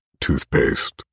toothpaste